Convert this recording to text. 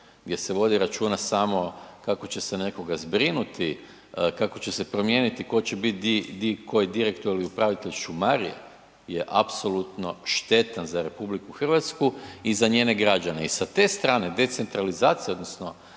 gdje se vodi računa samo kako će se nekoga zbrinuti, kako će se promijeniti tko će bit di koji direktor ili upravitelj šumarije je apsolutno štetan za RH i za njene građane i sa te strane decentralizacija odnosno